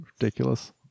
Ridiculous